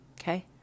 okay